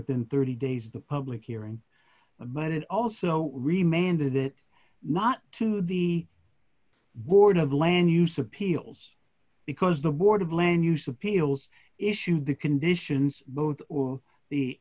within thirty days the public hearing about it also remained did it not to the board of land use appeals because the board of land use appeals issued the conditions both or the